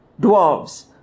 Dwarves